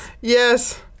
Yes